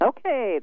Okay